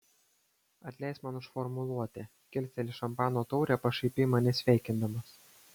atleisk man už formuluotę kilsteli šampano taurę pašaipiai mane sveikindamas